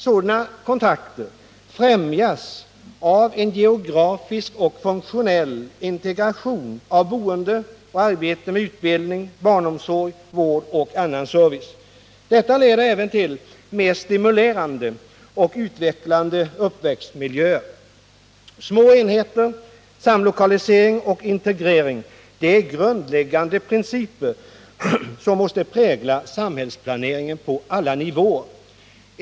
Sådana kontakter främjas även av en geografisk och funktionell integration av boende och arbete med utbildning, barnomsorg, vård och annan service. Detta leder även till mer stimulerande och utvecklande uppväxtmiljöer. Små enheter, samlokalisering och integrering är grundläggande principer, som måste prägla samhällsplaneringen på alla nivåer.